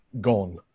gone